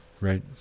right